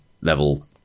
level